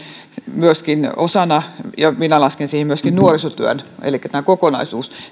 myöskin osana ja minä lasken siihen myöskin nuorisotyön elikkä tämä kokonaisuus